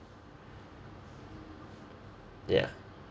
yeah